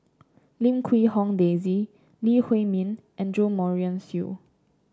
Lim Quee Hong Daisy Lee Huei Min and Jo Marion Seow